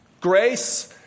Grace